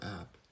app